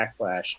backlash